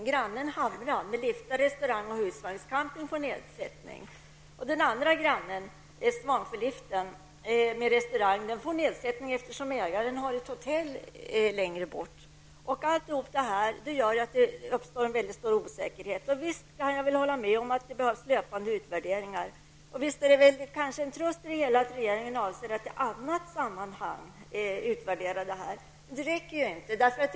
Men grannen Hamra med liftanläggning, restaurang och husvagnscamping får en nedsättning. En annan granne, Svansjöliften med restaurang, får en nedsättning, eftersom ägaren har ett hotell litet längre bort. Allt detta gör att det uppstår en stor osäkerhet. Visst kan jag hålla med om att det behövs löpande utvärderingar. Visst är det en tröst i det hela att regeringen avser att i annat sammanhang utvärdera detta. Men det räcker inte.